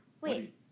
Wait